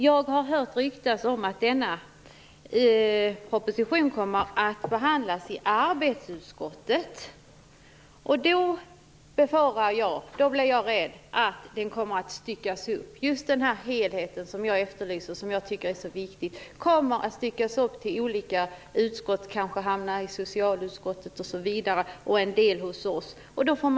Jag har hört ryktas att propositionen kommer att behandlas i arbetsmarknadsutskottet, och jag blir rädd för att helheten då kommer att styckas upp på olika utskott, så att en del hamnar i socialutskottet, en del i justitieutskottet osv.